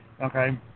Okay